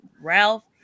ralph